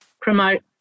promote